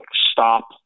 stop